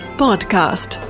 podcast